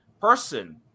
person